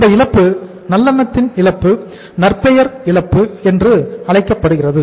அந்த இழப்பு நல்லெண்ணத்தின் இழப்பு நற்பெயர் இழப்பு என்று அழைக்கப்படுகிறது